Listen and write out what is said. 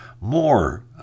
more